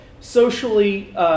socially